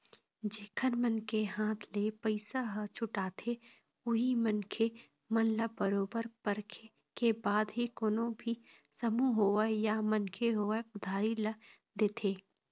जेखर मन के हाथ ले पइसा ह छूटाथे उही मनखे मन ल बरोबर परखे के बाद ही कोनो भी समूह होवय या मनखे होवय उधारी ल देथे